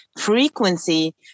frequency